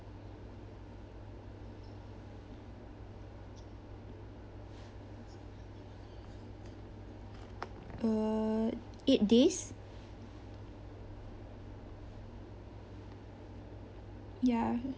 uh eight days ya